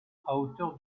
hauteur